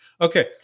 Okay